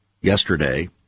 yesterday